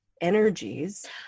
energies